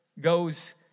goes